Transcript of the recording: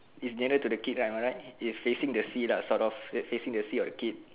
is nearer to the gate am I right is facing the sea lah sort of the facing the sea or the gate